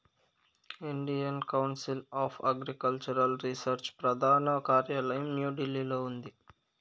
Indian Council of Agricultural Research ప్రధాన కార్యాలయం న్యూఢిల్లీలో ఉంది